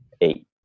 eight